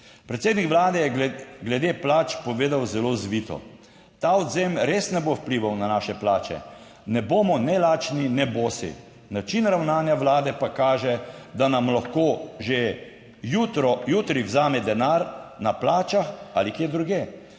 Predsednik Vlade je glede plač povedal zelo zvito, ta odvzem res ne bo vplival na naše plače, ne bomo ne lačni ne bosi, način ravnanja vlade pa kaže, da nam lahko že jutri vzame denar na plačah ali kje drugje.